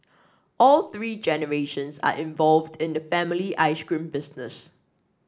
all three generations are involved in the family ice cream business